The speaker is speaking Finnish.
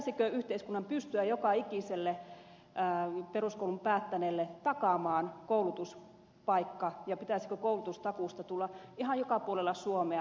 pitäisikö yhteiskunnan pystyä takaamaan joka ikiselle peruskoulun päättäneelle koulutuspaikka ja pitäisikö koulutustakuusta tulla ihan joka puolella suomea aivan itsestäänselvyys